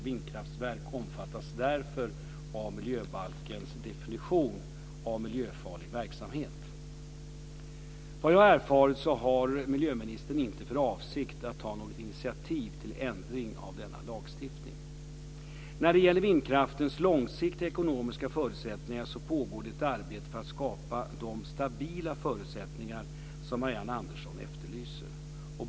Vindkraftverk omfattas därför av miljöbalkens definition av miljöfarlig verksamhet. Vad jag har erfarit så har miljöministern inte för avsikt att ta något initiativ till ändring av denna lagstiftning. När det gäller vindkraftens långsiktiga ekonomiska förutsättningar pågår det ett arbete för att skapa de stabila förutsättningar som Marianne Andersson efterlyser.